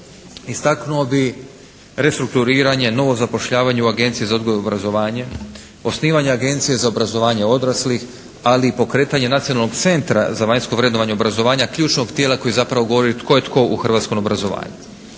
Istaknuo bih restrukturiranje, novo zapošljavanje u Agenciji za odgoj i obrazovanje. Osnivanje agencije za obrazovanje odraslih ali i pokretanje Nacionalnog centra za vanjsko vrednovanje obrazovanja. Ključnog tijela koje zapravo govori tko je tko u hrvatskom obrazovanju.